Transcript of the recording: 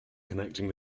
connecting